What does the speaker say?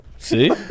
See